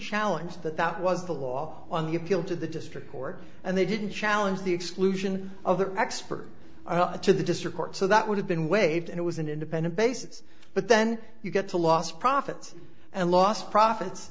challenge that that was the law on the appeal to the district court and they didn't challenge the exclusion of the expert to the district court so that would have been waived and it was an independent basis but then you get to lost profits and lost profits